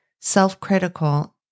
self-critical